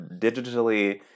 digitally